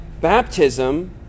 baptism